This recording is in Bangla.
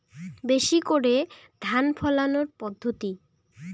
বেশি করে ধান ফলানোর পদ্ধতি?